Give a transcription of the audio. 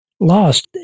lost